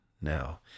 now